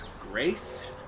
grace